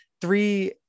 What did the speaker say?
three